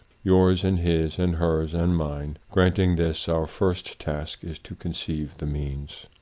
yours and his and hers and mine. granting this, our first task is to conceive the means.